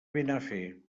benafer